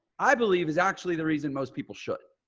i believe is actually the reason most people should.